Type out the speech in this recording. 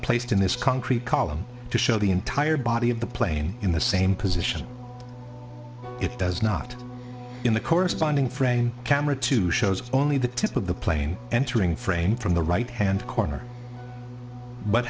placed in this concrete column to show the entire body of the plane in the same position it does not in the corresponding frame camera two shows only the tip of the plane entering frame from the right hand corner but